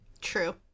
True